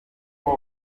uko